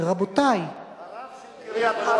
הרב של קריית-ארבע,